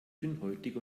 dünnhäutig